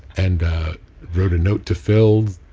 and wrote a note to phil.